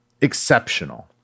exceptional